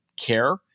care